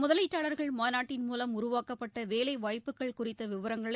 முதலீட்டாளர்கள் மாநாட்டின் மூலம் உருவாக்கப்பட்ட வேலை வாய்ப்புகள் குறித்த விவரங்களை